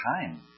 time